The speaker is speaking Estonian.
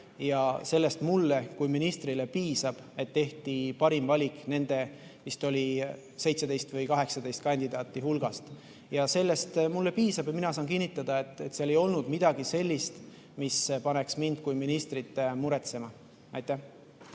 Ja sellest mulle kui ministrile piisab, et tehti parim valik nende vist 17 või 18 kandidaadi hulgast. Sellest mulle piisab. Mina saan kinnitada, et seal ei olnud midagi sellist, mis paneks mind kui ministrit muretsema. Kert